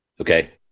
okay